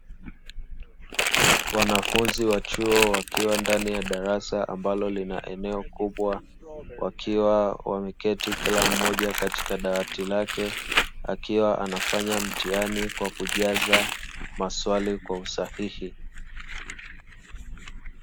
Wanafunzi wa chuo wakiwa ndani ya darasa ambalo lina eneo kubwa, wakiwa wameketi kila mmoja kwenye dawati lake akiwa anafanya mtihani kwa kujaza maswali kwa usahihi